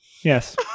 Yes